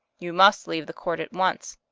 you must leave the court at once,